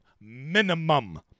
Minimum